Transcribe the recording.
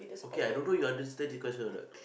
okay I don't know you understand this question or not